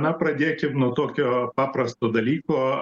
na pradėkim nuo tokio paprasto dalyko